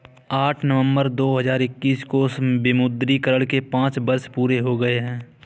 आठ नवंबर दो हजार इक्कीस को विमुद्रीकरण के पांच वर्ष पूरे हो गए हैं